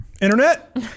Internet